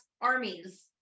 armies